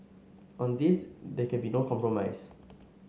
on this there can be no compromise